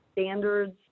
standards